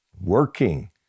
working